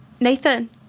Nathan